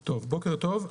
טוב, בוקר טוב.